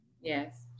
Yes